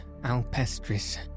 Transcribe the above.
alpestris